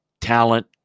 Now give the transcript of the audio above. talent